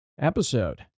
episode